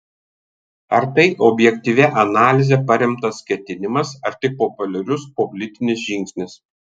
ar tai objektyvia analize paremtas ketinimas ar tik populiarus politinis žingsnis